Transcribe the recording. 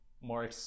more